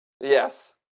Yes